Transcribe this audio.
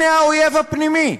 הנה האויב הפנימי.